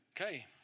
Okay